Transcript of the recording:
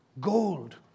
gold